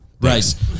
Right